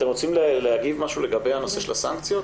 אני רוצה לאפשר לכולם להעיר יעל סיני משדולת הנשים.